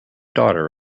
daughter